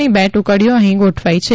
ની બે ટુકડી અહી ગોઠવાઇ છે